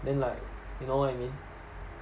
then like you know what I mean